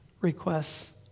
requests